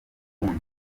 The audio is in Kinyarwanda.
ubundi